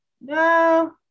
No